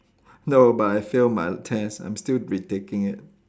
no but I failed my test I'm still retaking it